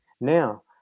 Now